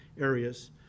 areas